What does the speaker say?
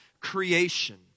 creation